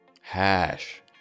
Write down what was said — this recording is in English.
Hash